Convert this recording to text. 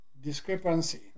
discrepancy